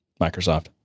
microsoft